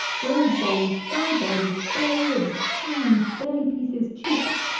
blade-bones, thigh-bones, spare-ribs, chines, belly-pieces, cheeks,